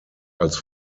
als